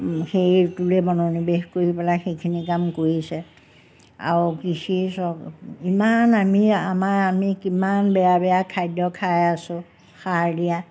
সেইটোলৈ মনোনিৱেশ কৰি পেলাই সেইখিনি কাম কৰিছে আৰু কৃষি চব ইমান আমি আমাৰ আমি কিমান বেয়া বেয়া খাদ্য খাই আছো সাৰ দিয়া